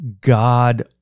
God